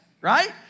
right